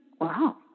wow